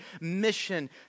mission